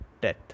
death